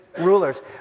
rulers